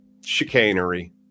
chicanery